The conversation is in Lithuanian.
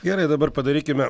gerai dabar padarykime